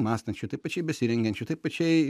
mąstančių tai pačiai besirengiančių tai pačiai